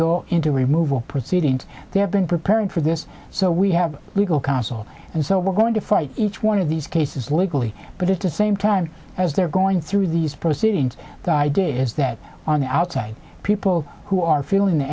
go into removal proceedings they have been preparing for this so we have legal counsel and so we're going to fight each one of these cases locally but it is same time as they're going through these proceedings the idea is that on the outside people who are feeling